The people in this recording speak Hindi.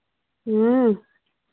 ह्म्म